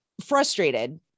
frustrated